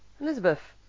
Elizabeth